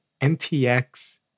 NTX